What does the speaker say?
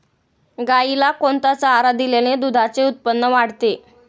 गाईला कोणता चारा दिल्याने दुधाचे उत्पन्न वाढते?